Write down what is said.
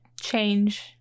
change